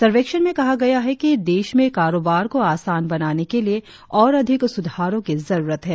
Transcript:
सर्वेक्षण में कहा गया है कि देश में कारोबार को आसान बनाने के लिए और अधिक सुधारों की जरुरत है